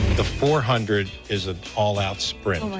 the four hundred is an all-out sprint, like